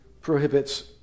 prohibits